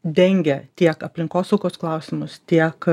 dengia tiek aplinkosaugos klausimus tiek